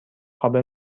خوابه